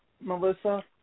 Melissa